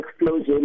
explosion